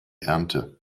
ernte